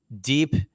deep